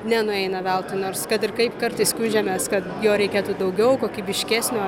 nenueina veltui nors kad ir kaip kartais skundžiamės kad jo reikėtų daugiau kokybiškesnio